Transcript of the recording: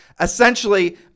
Essentially